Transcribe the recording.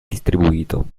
distribuito